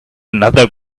another